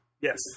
Yes